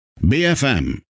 BFM